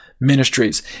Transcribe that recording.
Ministries